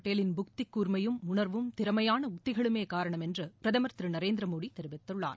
படேலின் புத்தி கூர்மையும் உணர்வும் திறமையான உத்திகளுமே காரணம் என்று பிரதமா் திரு நரேந்திரமோடி தெரிவித்துள்ளார்